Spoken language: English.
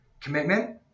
commitment